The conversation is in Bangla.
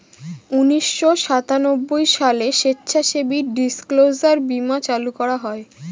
উনিশশো সাতানব্বই সালে স্বেচ্ছাসেবী ডিসক্লোজার বীমা চালু করা হয়